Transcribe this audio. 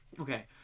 Okay